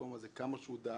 שהמקום הזה, כמה שהוא דאג.